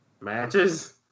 matches